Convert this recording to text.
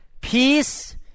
peace